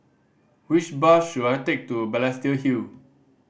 which bus should I take to Balestier Hill